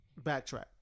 Backtrack